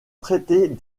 traiter